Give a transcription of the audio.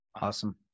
Awesome